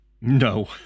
No